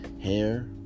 hair